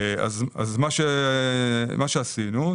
מה עשינו.